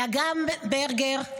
לאגם ברגר,